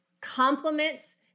Compliments